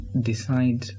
decide